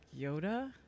Yoda